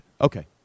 Okay